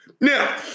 Now